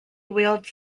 wields